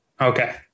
Okay